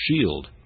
shield